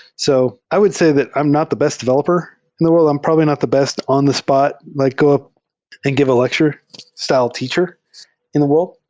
so i would say that i'm not the best developer in the wor ld. i'm probably not the best on the spot like go up and give a lecture style teacher in the wor ld.